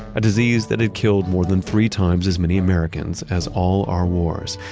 a disease that had killed more than three times as many americans as all our wars,